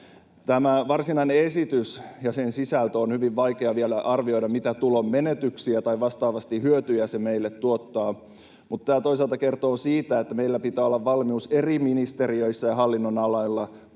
Tämä varsinainen esitys ja sen sisältö: On hyvin vaikea vielä arvioida, mitä tulonmenetyksiä tai vastaavasti hyötyjä se meille tuottaa, mutta tämä toisaalta kertoo siitä, että meillä pitää olla valmius eri ministeriöissä ja hallinnonaloilla varautua ja